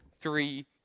three